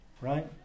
right